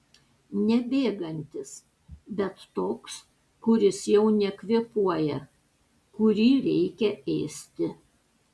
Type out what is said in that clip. ne bėgantis bet toks kuris jau nekvėpuoja kurį reikia ėsti